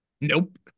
Nope